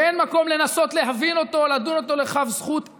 ואין מקום לנסות להבין אותו, לדון אותו לכף זכות.